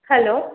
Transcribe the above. hello